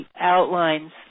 outlines